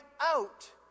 out